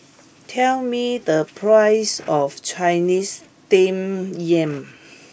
tell me the price of Chinese Steamed Yam